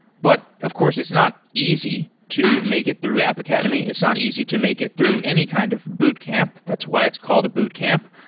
but of course, it's not easy to make it through app academy it's not easy to make it through any kind of boot camp, that's why it's called a boot camp,